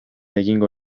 egingo